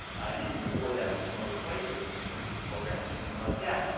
and even before that in some other places, insurance programs and things like that.